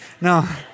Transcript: No